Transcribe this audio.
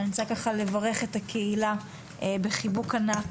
אני רוצה ככה לברך את הקהילה בחיבוק ענק